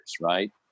right